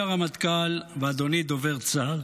אדוני הרמטכ"ל ואדוני דובר צה"ל,